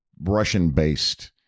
Russian-based